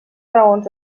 raons